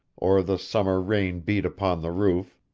or the summer rain beat upon the roof,